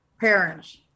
parents